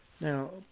Now